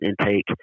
Intake